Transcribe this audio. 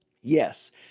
yes